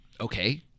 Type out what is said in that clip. Okay